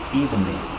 evenly